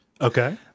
Okay